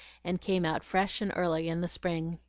and came out fresh and early in the spring.